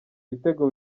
ibitego